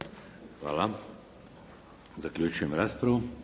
Hvala. Zaključujem raspravu.